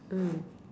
mm